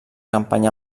campanya